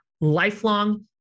lifelong